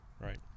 Right